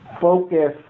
focus